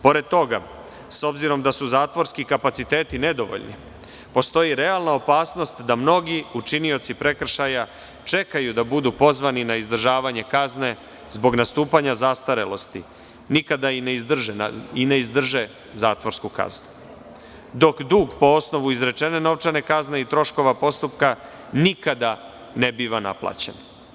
Pored toga, s obzirom da su zatvorski kapaciteti nedovoljni, postoji realna opasnost da mnogi učinioci prekršaja čekaju da budu pozvani na izdržavanje kazne zbog nastupanja zastarelosti, nikada i ne izdrže zatvorsku kaznu, dok dug po osnovu izrečene novčane kazne i troškova postupka nikada ne biva naplaćen.